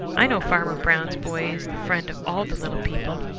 i know farmer brown's boy is the friend of all the little people,